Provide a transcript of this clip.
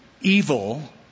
evil